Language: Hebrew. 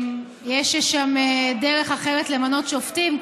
יש שם דרך אחרת למנות שופטים,